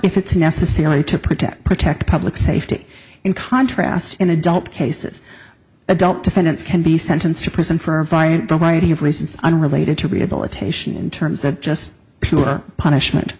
if it's necessary to protect protect public safety in contrast in adult cases adult defendants can be sentenced to prison for violent alrighty of reasons unrelated to rehabilitation in terms of just punishment